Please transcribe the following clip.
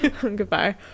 Goodbye